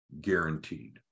guaranteed